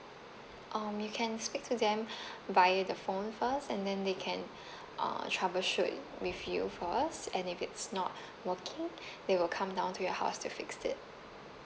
um you can speak to them via the phone first and then they can uh troubleshoot with you first and if it's not working they will come down to your house to fix it